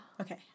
Okay